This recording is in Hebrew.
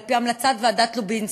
על-פי המלצת ועדת לובצקי.